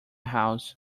house